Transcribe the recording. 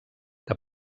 que